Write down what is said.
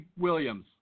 Williams